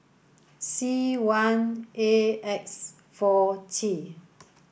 C one A X four T